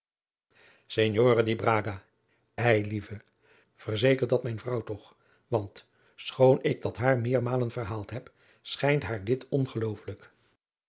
braga eilieve verzeker dat mijn vrouw toch want schoon ik dat haar meermalen verhaald heb schijnt haar dit ongeloofelijk